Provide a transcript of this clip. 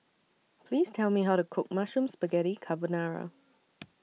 Please Tell Me How to Cook Mushroom Spaghetti Carbonara